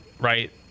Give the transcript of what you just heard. Right